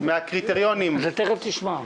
תיכף תשמע.